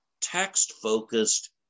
text-focused